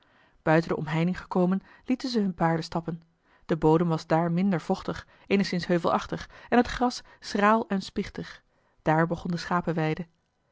buiten de omheining gekomen lieten ze hunne paarden stappen de bodem was daar minder vochtig eenigszins heuvelachtig en het gras schraal en spichtig daar begon de